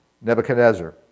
Nebuchadnezzar